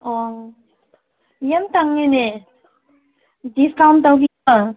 ꯑꯣ ꯌꯥꯝ ꯇꯥꯡꯉꯦꯅꯦ ꯗꯤꯁꯀꯥꯎꯟ ꯇꯧꯕꯤꯌꯣ